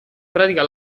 pratica